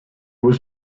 was